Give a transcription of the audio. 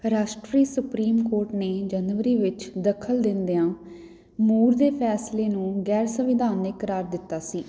ਰਾਸ਼ਟਰੀ supreme court ਨੇ ਜਨਵਰੀ ਵਿੱਚ ਦਖ਼ਲ ਦਿੰਦਿਆਂ ਮੂਰ ਦੇ ਫ਼ੈਸਲੇ ਨੂੰ ਗ਼ੈਰ ਸੰਵਿਧਾਨਕ ਕਰਾਰ ਦਿੱਤਾ ਸੀ